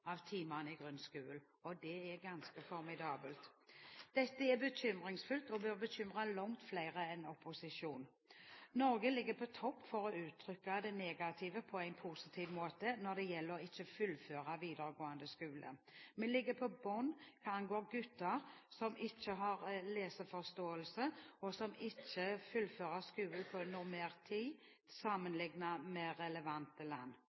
av timene i grunnskolen. Det er ganske formidabelt. Dette er bekymringsfullt og bør bekymre langt flere enn opposisjonen. Norge ligger på topp – for å uttrykke det negative på en positiv måte – når det gjelder å ikke fullføre videregående skole. Vi ligger på bunn når det gjelder antall gutter som ikke har leseforståelse, og som ikke fullfører skolen på normert tid, sammenlignet med relevante land.